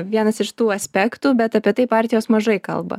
vienas iš tų aspektų bet apie tai partijos mažai kalba